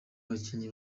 abakinnyi